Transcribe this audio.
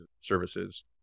services